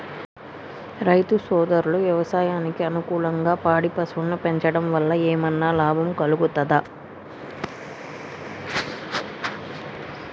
రైతు సోదరులు వ్యవసాయానికి అనుకూలంగా పాడి పశువులను పెంచడం వల్ల ఏమన్నా లాభం కలుగుతదా?